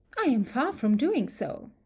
i am far from doing so.